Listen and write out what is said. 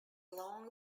long